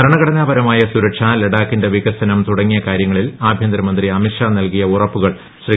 ഭരണഘടനാ ്പരമായ സുരക്ഷ ലഡാക്കിന്റെ വികസനം തുടങ്ങിയ കാര്യങ്ങളിൽ ആഭ്യന്തരമന്ത്രി അമിത് ഷാ നൽകിയ ഉറപ്പുകൾ ശ്രീ